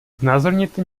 znázorněte